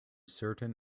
certain